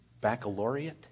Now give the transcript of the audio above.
baccalaureate